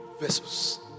vessels